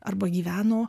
arba gyveno